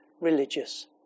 religious